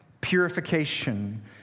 purification